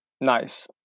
Nice